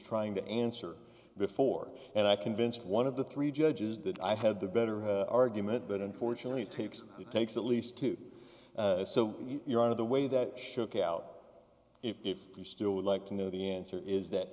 trying to answer before and i convinced one of the three judges that i had the better of her argument but unfortunately it takes it takes at least two so you're out of the way that shook out if you still would like to know the answer is that